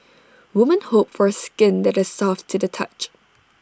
women hope for skin that is soft to the touch